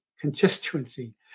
constituency